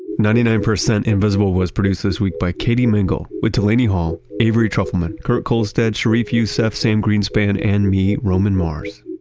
ninety nine percent invisible was produced this week by katie mingle with delaney hall, avery trufelman, kurt kohlstedt, sharif youssef, sam greenspan and me, roman mars.